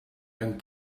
and